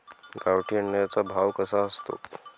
गावठी अंड्याचा भाव कसा असतो?